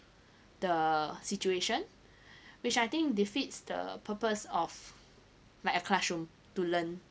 the situation which I think defeats the purpose of like a classroom to learn